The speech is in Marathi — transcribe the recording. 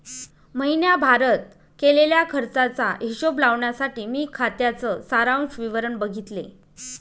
महीण्याभारत केलेल्या खर्चाचा हिशोब लावण्यासाठी मी खात्याच सारांश विवरण बघितले